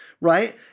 right